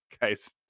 Guys